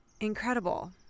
incredible